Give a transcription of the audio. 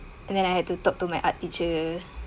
and then I had to talk to my art teacher